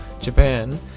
Japan